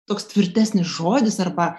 toks tvirtesnis žodis arba